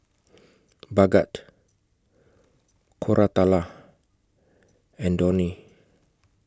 Bhagat Koratala and Dhoni